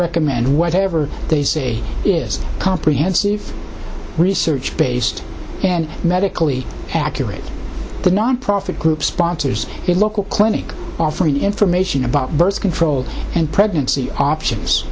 recommend whatever they say is comprehensive research based and medically accurate the nonprofit group sponsors a local clinic offering information about birth control and pregnancy options